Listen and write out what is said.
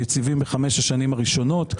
יציבים בחמש השנים הראשונות.